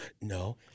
No